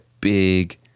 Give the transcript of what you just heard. big